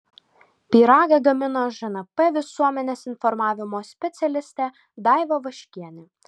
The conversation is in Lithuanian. pyragą gamino žnp visuomenės informavimo specialistė daiva vaškienė